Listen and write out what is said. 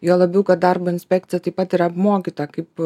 juo labiau kad darbo inspekcija taip pat yra apmokyta kaip